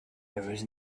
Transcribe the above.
was